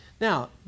Now